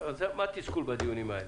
מה התסכול בדיונים האלה?